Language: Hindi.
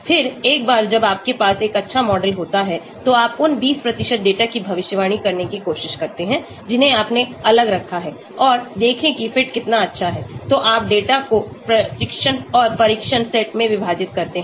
फिर एक बार जब आपके पास एक अच्छा मॉडल होता है तो आप उन 20 डेटा की भविष्यवाणी करने की कोशिश करते हैं जिन्हें आपने अलग रखा है और देखें कि फिट कितना अच्छा है तो आप डेटा को प्रशिक्षण और परीक्षण सेट में विभाजित करते हैं